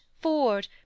ford